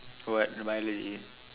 what Biology